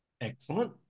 excellent